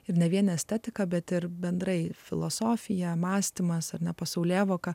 ir ne vien estetiką bet ir bendrai filosofiją mąstymas ar ne pasaulėvoka